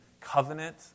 covenant